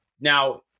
Now